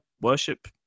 worship